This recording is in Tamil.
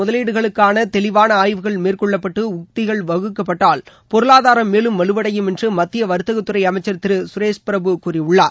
முதலீடுகளுக்கான தெளிவான ஆய்வுகள் அனைத்து துறைகளிலும் மேற்கொள்ளப்பட்டு உத்திகள் வகுக்கப்பட்டால் பொருளாதாரம் மேலும் வலுவடையும் என்று மத்திய வர்த்தகத்துறை அமைச்சர் திரு கரேஷ் பிரபு கூறியுள்ளார்